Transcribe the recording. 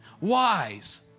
Wise